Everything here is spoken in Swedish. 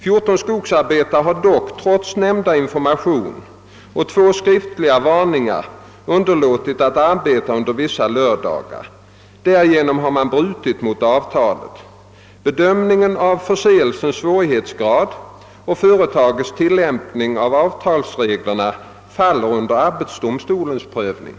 14 skogsarbetare har dock trots nämnda information och två skriftliga varningar underlåtit att arbeta under vissa lördagar. Härigenom har man brutit mot avtalet. Bedömningen av förseelsens svårighetsgrad och företagets tilllämpning av avtalsreglerna faller under arbetsdomstolens prövning.